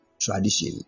tradition